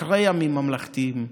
אחרי הימים הממלכתיים.